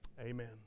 Amen